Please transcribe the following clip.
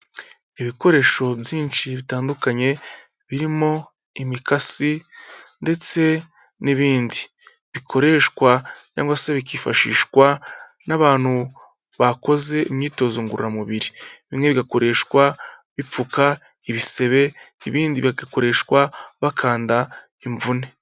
Ibikoresho byinshi bitandukanye, birimo imikasi ndetse n'ibindi bikoreshwa cyangwa se bikifashishwa n'abantu bakoze imyitozo ngororamubiri, bimwe bigakoreshwa bipfuka ibisebe, ibindi bigakoreshwa bakanda imvune.